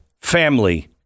family